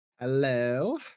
hello